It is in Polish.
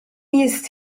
jest